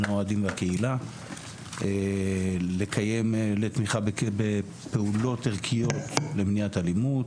האוהדים והקהילה; לתמיכה בפעולות ערכיות למניעת אלימות,